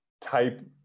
type